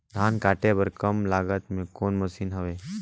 धान काटे बर कम लागत मे कौन मशीन हवय?